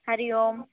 हरिः ओम्